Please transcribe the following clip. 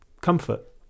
comfort